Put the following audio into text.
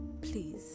please